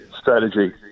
strategy